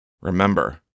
Remember